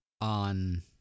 on